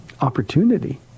opportunity